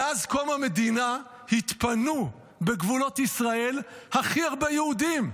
מאז קום המדינה התפנו בגבולות ישראל הכי הרבה יהודים,